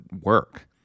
work